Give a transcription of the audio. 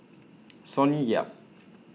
Sonny Yap